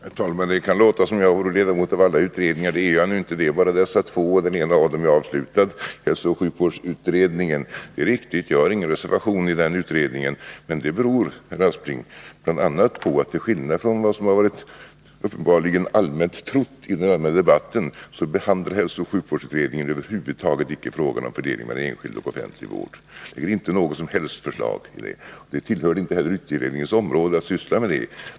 Herr talman! Det kan låta som om jag vore ledamot i alla utredningar. Det är jag inte. Det är bara dessa två. Den ena, hälsooch sjukvårdsutredningen, är avslutad. Det är riktigt att jag inte har någon reservation i den utredningen. Men, herr Aspling, det beror bl.a. på att — till skillnad från vad som uppenbarligen varit allmänt trott i den allmänna debatten — hälsooch sjukvårdsutredningen över huvud taget inte behandlat frågan om fördelningen mellan enskild och offentlig vård. Det ligger inte något som helst förslag i det. Det tillhörde inte heller utredningens område att syssla med det.